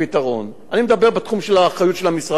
אני מדבר בתחום של האחריות של המשרד שלי.